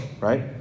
right